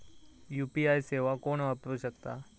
UPI सेवा कोण वापरू शकता?